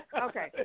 Okay